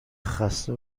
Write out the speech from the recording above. خسته